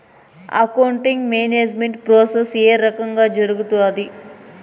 accounting management process ఏ రకంగా జరుగుతాది